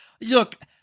look